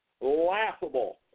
laughable